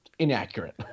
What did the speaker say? inaccurate